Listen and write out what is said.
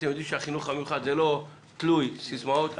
אתם יודעים שהחינוך המיוחד זה לא תלוי סיסמאות,